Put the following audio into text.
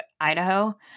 idaho